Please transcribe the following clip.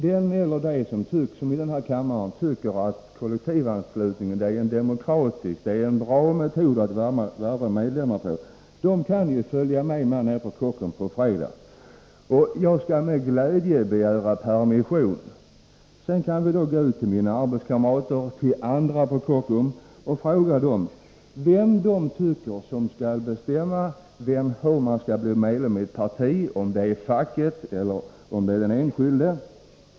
Den eller de som i denna kammare tycker att kollektivanslutningen är en demokratisk och bra metod att värva medlemmar kan följa med mig nere på Kockums på fredag. Jag skall med glädje begära permission. Sedan kan vi gå ut till mina arbetskamrater och till andra på Kockums och fråga dem vem de anser skall bestämma hur man skall bli medlem i ett parti — om det är facket eller om det är den enskilde.